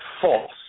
false